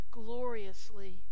gloriously